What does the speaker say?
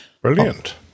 Brilliant